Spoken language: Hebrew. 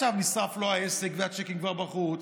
נשרף לו העסק עכשיו והצ'קים כבר בחוץ,